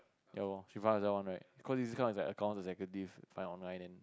ya lor she find herself one right cause this kind is like accounts executive find online then